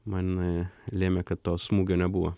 man lėmė kad to smūgio nebuvo